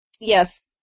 Yes